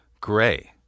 Gray